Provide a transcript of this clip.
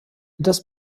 das